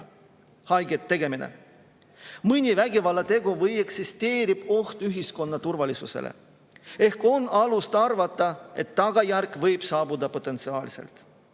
haiget tegemine, mõni vägivallategu, või eksisteerib oht ühiskonna turvalisusele. Ehk on alust arvata, et tagajärg võib potentsiaalselt